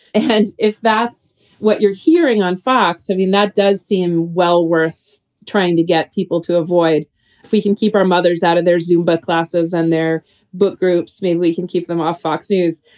and if that's what you're hearing on fox, i mean, that does seem well worth trying to get people to avoid. if we can keep our mothers out of their zumba classes and their book groups, maybe we can keep them off fox news.